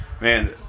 Man